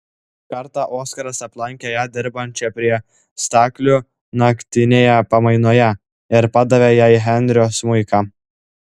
kartą oskaras aplankė ją dirbančią prie staklių naktinėje pamainoje ir padavė jai henrio smuiką